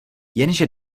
jenže